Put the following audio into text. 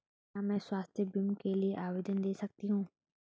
क्या मैं स्वास्थ्य बीमा के लिए आवेदन दे सकती हूँ?